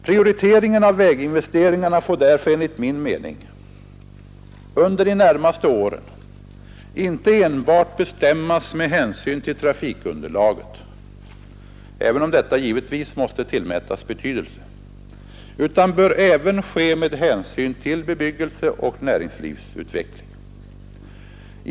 Prioriteringen av väginvesteringarna får därför enligt min mening under de närmaste åren inte bestämmas enbart med hänsyn till trafikunderlaget — även om detta givetvis måste tillmätas stor betydelse — utan bör även ske med hänsyn till bebyggelseoch näringslivsutvecklingen.